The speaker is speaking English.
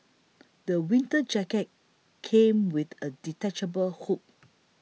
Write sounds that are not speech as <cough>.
<noise> the winter jacket came with a detachable hood